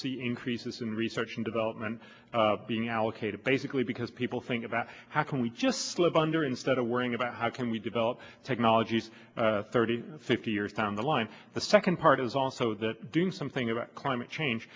see increases in research and development being allocated basically because people think about how can we just slip under instead of worrying about how can we develop technologies thirty fifty years down the line the second part is also that doing something about climate change